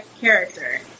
character